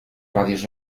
radios